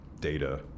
data